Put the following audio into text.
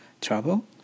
trouble